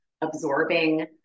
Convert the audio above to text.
absorbing